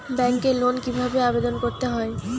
ব্যাংকে লোন কিভাবে আবেদন করতে হয়?